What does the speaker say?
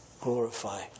glorify